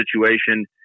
situation